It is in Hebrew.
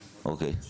אוקיי.